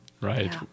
Right